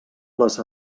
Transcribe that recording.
les